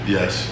Yes